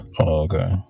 Okay